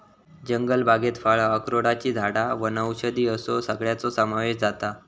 जंगलबागेत फळां, अक्रोडची झाडां वनौषधी असो सगळ्याचो समावेश जाता